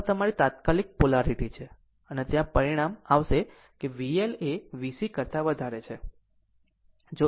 આમ આ તમારી તાત્કાલિક પોલારીટી છે અને ત્યાં પરિણામ આવશે કે VL એ VC કરતા વધારે છે